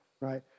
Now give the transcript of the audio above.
right